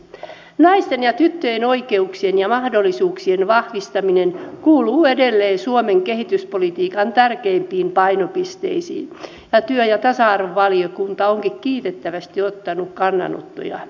naisten ja tyttöjen oikeuksien ja mahdollisuuksien vahvistaminen kuuluu edelleen suomen kehityspolitiikan tärkeimpiin painopisteisiin ja työ ja tasa arvovaliokunta onkin kiitettävästi ottanut kantaa siihen